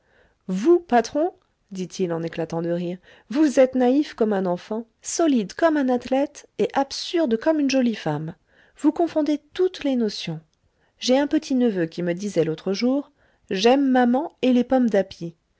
vous patron dit-il en éclatant de rire vous êtes naïf comme un enfant solide comme un athlète et absurde comme une jolie femme vous confondez toutes les notions j'ai un petit-neveu qui me disait l'autre jour j'aime maman et les pommes d'api